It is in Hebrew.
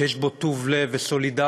ויש בו טוב לב וסולידריות